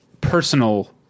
personal